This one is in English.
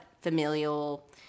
familial